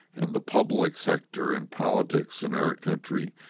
in the public sector, in politics in our country,